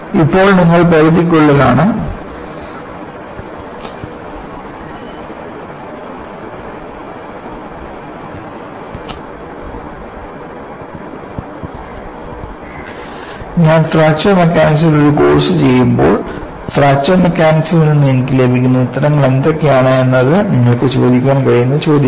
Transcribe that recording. ഇപ്പോൾ നിങ്ങൾ പരിധിക്കുള്ളിലാണ് ഞാൻ ഫ്രാക്ചർ മെക്കാനിക്സിൽ ഒരു കോഴ്സ് ചെയ്യുമ്പോൾ ഫ്രാക്ചർ മെക്കാനിക്സിൽ നിന്ന് എനിക്ക് ലഭിക്കുന്ന ഉത്തരങ്ങൾ എന്തൊക്കെയാണ് എന്നത് നിങ്ങൾക്ക് ചോദിക്കാൻ കഴിയുന്ന ചോദ്യമാണ്